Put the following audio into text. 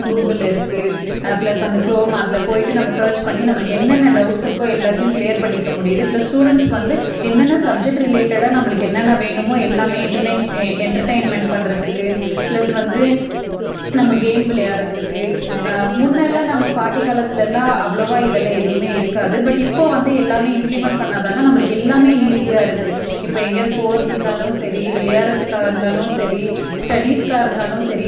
Google இருக்குது plus வந்து Chrome அதில் போய்விட்டு நம்ம சர்ச் பண்ணி நம்மளுக்கு என்னென்ன டௌட்ஸ் இருக்கோ எல்லாத்தையும் க்ளியர் பண்ணிக்க முடியுது ப்ளஸ் ஸ்டூடெண்ட்ஸுக்கு வந்து என்னென்ன சப்ஜெக்ட் ரிலேட்டடாக நம்மளுக்கு என்னென்ன வேணுமோ எல்லாமே இன்டர்நெட் என்டர்டைன்மெண்ட் பண்ணுறத்துக்கு ப்ளஸ் வந்து நம்ம கேம் விளையாடுறத்துக்கு முன்னெல்லாம் நம்ம பாட்டி காலத்தில் எல்லாம் அவ்வளோவா இதெல்லாம் எதுவுமே இருக்காது பட் இப்போது வந்து எல்லாமே இம்ப்ளிமெண்ட் பண்ணதால் நம்மளுக்கு எல்லாமே ஈஸியாக இருக்குது இப்போ எங்கேயாவது போகிறதிருந்தாலும் சரி விளையாடுறத்துக்காக இருந்தாலும் சரி ஸ்டடிஸ்க்காக இருந்தாலும் சரி